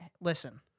listen